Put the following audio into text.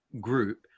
group